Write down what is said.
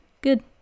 good